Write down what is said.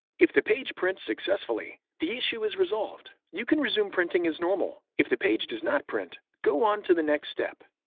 if the page prints successfully, the issue is resolved. you can resume printing as normal. if the page does not print, go on to the next step.